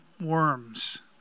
worms